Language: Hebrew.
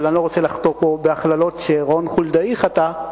אבל אני לא רוצה לחטוא פה בהכללות שרון חולדאי חטא.